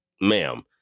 ma'am